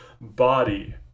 body